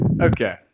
okay